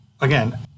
again